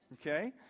Okay